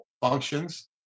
functions